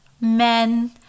men